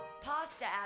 pasta